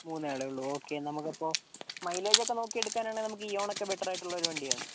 മൂന്നാളേ ഉള്ളൂ ഓക്കേ നമുക്കപ്പോൾ മൈലേജൊക്കെ നോക്കിയെടുക്കാനാണെങ്കിൽ നമുക്ക് ഇയോണൊക്കെ ബെറ്ററായിട്ടുള്ള ഒരു വണ്ടിയാണ്